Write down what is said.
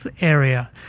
area